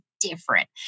different